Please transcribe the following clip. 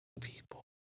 people